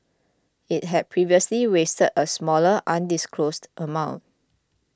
it had previously raised a smaller undisclosed amount